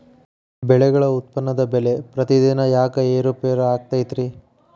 ಬೆಳೆಗಳ ಉತ್ಪನ್ನದ ಬೆಲೆಯು ಪ್ರತಿದಿನ ಯಾಕ ಏರು ಪೇರು ಆಗುತ್ತೈತರೇ?